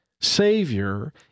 Savior